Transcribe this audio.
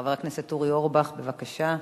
חבר הכנסת אורי אורבך, בבקשה.